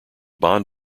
bond